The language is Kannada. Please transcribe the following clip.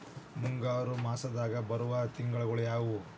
ಮುಂಗಾರು ಮಾಸದಾಗ ಬರುವ ತಿಂಗಳುಗಳ ಯಾವವು?